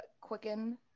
quicken